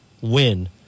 win